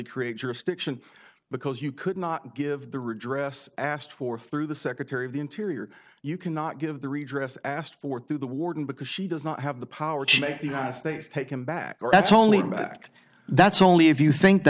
create jurisdiction because you could not give the redress asked for through the secretary of the interior you cannot give the redress asked for through the warden because she does not have the power to take him back or that's only back that's only if you think that